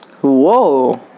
whoa